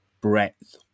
breadth